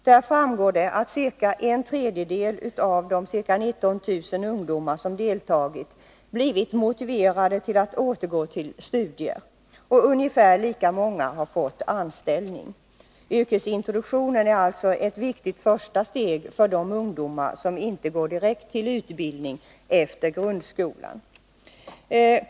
Där framgår det att ca en tredjedel av de ca 19 000 ungdomar som deltagit har blivit motiverade till att återgå till studier. Ungefär lika många har fått anställning. Yrkesintroduktionen är alltså ett viktigt första steg för de ungdomar som inte går direkt till utbildning efter grundskolan.